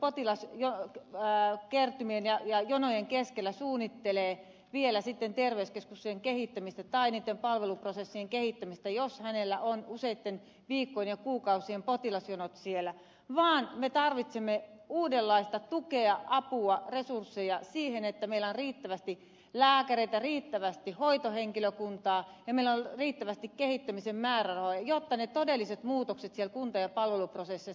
potilaskertymien ja jonojen keskellä suunnittelee vielä terveyskeskuksen kehittämistä tai niitten palveluprosessien kehittämistä jos hänellä on useitten viikkojen ja kuukausien potilasjonot siellä vaan me tarvitsemme uudenlaista tukea apua resursseja siihen että meillä on riittävästi lääkäreitä riittävästi hoitohenkilökuntaa ja meillä on riittävästi kehittämisen määrärahoja jotta ne todelliset muutokset siellä kunta ja palveluprosesseissa tapahtuvat